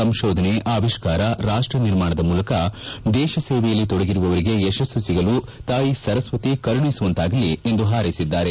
ಸಂಶೋಧನೆ ಆವಿಷ್ಕಾರ ರಾಷ್ಷ ನಿರ್ಮಾಣದ ಮೂಲಕ ದೇಶ ಸೇವೆಯಲ್ಲಿ ತೊಡಗಿರುವವರಿಗೆ ಯಶಸ್ತು ಸಿಗಲು ತಾಯಿ ಸರಸ್ನತಿ ಕರುಣಿಸುವಂತಾಗಲಿ ಎಂದು ಹಾರ್ಸೆಸಿದ್ದಾರೆ